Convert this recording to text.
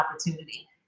opportunity